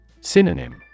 Synonym